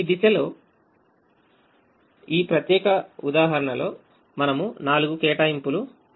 ఈ దశలో ఈ ప్రత్యేక ఉదాహరణలో మనము నాలుగు కేటాయింపులు పొందలేము